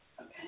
Okay